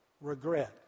regret